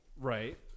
Right